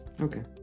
Okay